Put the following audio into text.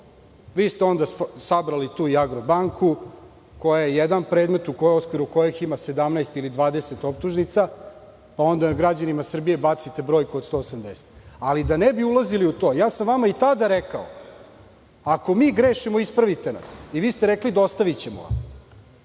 Vi ste onda sabrali tu i „Agrobanku“ koja je jedan predmetu okviru kojeg ima 17 ili 20 optužnica, pa onda građanima Srbije bacite brojku od 180.Ali, da ne bi ulazili u to, i tada sam vam rekao - ako mi grešimo ispravite nas i vi ste rekli – dostavićemo vam.